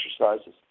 exercises